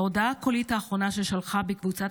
בהודעה הקולית האחרונה ששלחה בקבוצת